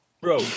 Bro